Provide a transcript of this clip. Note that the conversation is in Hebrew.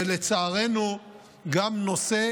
ולצערנו גם נושא